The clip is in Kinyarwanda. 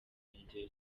n’igihe